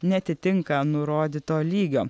neatitinka nurodyto lygio